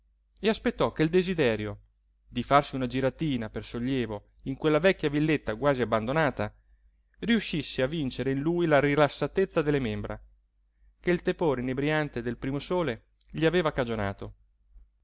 e aspettò che il desiderio di farsi una giratina per sollievo in quella vecchia villetta quasi abbandonata riuscisse a vincere in lui la rilassatezza delle membra che il tepore inebriante del primo sole gli aveva cagionato